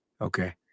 Okay